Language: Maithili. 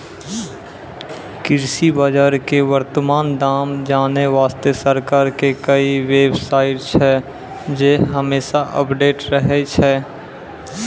कृषि बाजार के वर्तमान दाम जानै वास्तॅ सरकार के कई बेव साइट छै जे हमेशा अपडेट रहै छै